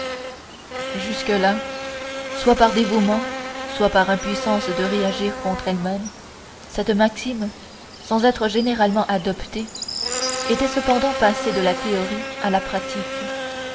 jusque-là soit dévouement soit impuissance de réagir contre elle cette maxime sans être généralement adoptée était cependant passée de la théorie à la pratique